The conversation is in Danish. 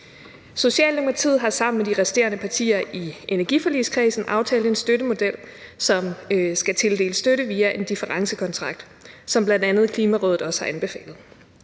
Socialdemokratiet har sammen med de resterende partier i energiforligskredsen aftalt en støttemodel, som skal tildeler støtte via en differencekontrakt, som bl.a. Klimarådet også har anbefalet.